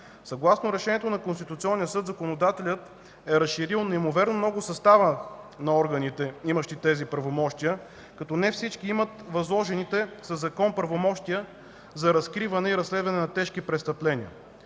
Съгласно решението на Конституционния съд законодателят е разширил неимоверно много състава на органите, имащи тези правомощия, като не всички имат възложените със закон правомощия за разкриване и разследване на тежки престъпления.